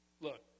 Look